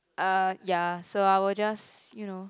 ah ya so I will just you know